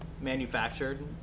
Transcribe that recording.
manufactured